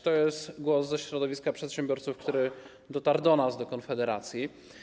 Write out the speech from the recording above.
To jest głos ze środowiska przedsiębiorców, który dotarł do nas, do Konfederacji.